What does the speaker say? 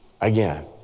again